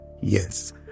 Yes